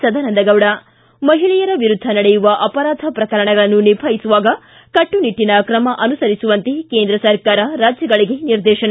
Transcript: ಸದಾನಂದಗೌಡ ಿಗಿ ಮಹಿಳೆಯರ ವಿರುದ್ಧ ನಡೆಯುವ ಅಪರಾಧ ಪ್ರಕರಣಗಳನ್ನು ನಿಭಾಯಿಸುವಾಗ ಕಟ್ಟುನಿಟ್ಟನ ಕ್ರಮ ಅನುಸರಿಸುವಂತೆ ಕೇಂದ್ರ ಸರ್ಕಾರ ರಾಜ್ಯಗಳಿಗೆ ನಿರ್ದೇಶನ